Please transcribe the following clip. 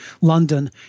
London